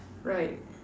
right